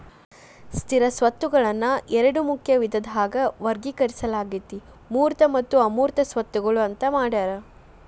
ಸ್ಥಿರ ಸ್ವತ್ತುಗಳನ್ನ ಎರಡ ಮುಖ್ಯ ವಿಧದಾಗ ವರ್ಗೇಕರಿಸಲಾಗೇತಿ ಮೂರ್ತ ಮತ್ತು ಅಮೂರ್ತ ಸ್ವತ್ತುಗಳು ಅಂತ್ ಮಾಡ್ಯಾರ